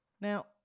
Now